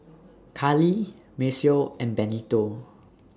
Karlie Maceo and Benito